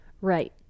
right